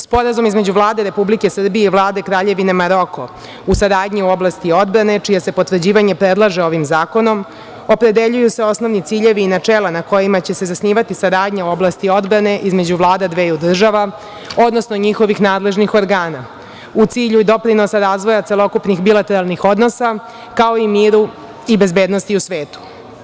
Sporazumom između Vlade Republike Srbije i Vlade Kraljevine Maroko o saradnji u oblasti odbrane, čije se potvrđivanje predlaže ovim zakonom, opredeljuju se osnovni ciljevi i načela na kojima će se zasnivati saradnja u oblasti odbrane između Vlada dveju država, odnosno njihovih nadležnih organa u cilju doprinosa razvoja celokupnih bilateralnih odnosa, kao i miru i bezbednosti u svetu.